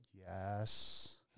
yes